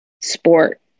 sport